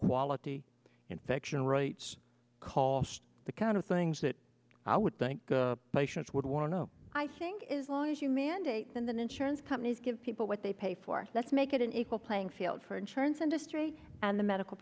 quality infection rates cost the kind of things that i would think patients would want to know i think is long as you mandate them that insurance companies give people what they pay for let's make it an equal playing field for insurance industry and the medical